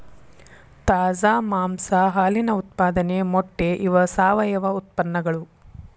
ತಾಜಾ ಮಾಂಸಾ ಹಾಲಿನ ಉತ್ಪಾದನೆ ಮೊಟ್ಟೆ ಇವ ಸಾವಯುವ ಉತ್ಪನ್ನಗಳು